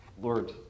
Lord